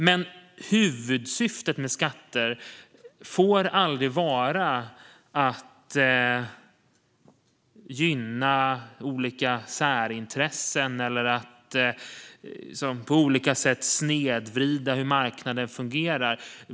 Men huvudsyftet med skatter får aldrig vara att gynna olika särintressen eller att på olika sätt snedvrida hur marknaden fungerar.